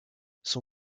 son